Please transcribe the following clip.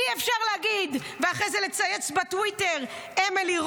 אי-אפשר להגיד ואחרי זה לצייץ בטוויטר: "אמילי,